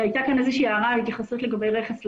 הייתה כאן איזו הערה לגבי רכס לבן.